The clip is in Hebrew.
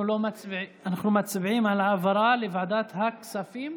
אנחנו מצביעים על העברה לוועדת הכספים.